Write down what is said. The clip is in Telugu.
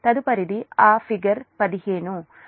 తదుపరిది ఆ ఫిగర్ 15